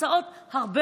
בשלבים מאוחרים יותר,